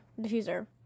Diffuser